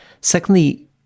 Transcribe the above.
Secondly